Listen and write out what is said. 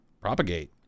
propagate